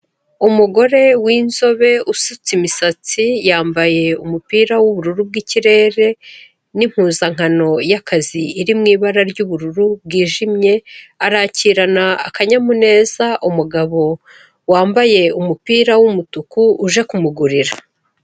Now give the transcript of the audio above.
Umugore w'inzobe usutse imisatsi, yambaye umupira w'ubururu bw'ikirere n'impuzankano y'akazi iri mu ibara ry'ubururu bwijimye, arakirana akanyamuneza umugabo wambaye umupira w'umutuku uje kumugurira.